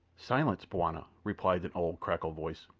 silence, bwana! replied an old cracked voice.